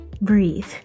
Breathe